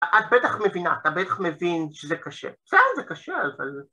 ‫את בטח מבינה, ‫אתה בטח מבין שזה קשה. ‫כן, זה קשה, אבל...